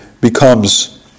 becomes